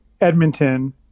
Edmonton